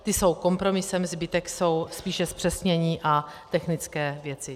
Ty jsou kompromisem, zbytek jsou spíše zpřesnění a technické věci.